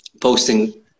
posting